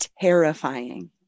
terrifying